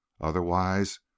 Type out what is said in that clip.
Otherwise